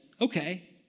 okay